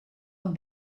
een